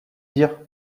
dire